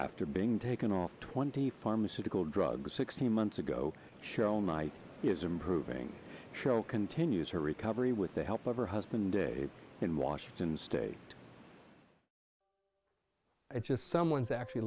after being taken off twenty pharmaceutical drugs sixteen months ago show night is improving show continues her recovery with the help of her husband dave in washington state i just someone's actually